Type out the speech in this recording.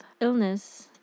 illness